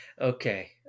Okay